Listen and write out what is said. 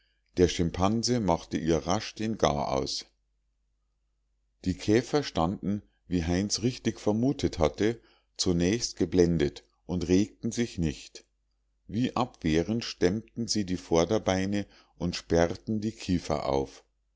der schimpanse machte ihr rasch den garaus die käfer standen wie heinz richtig vermutet hatte zunächst geblendet und regten sich nicht wie abwehrend stemmten sie die vorderbeine und sperrten die kiefer auf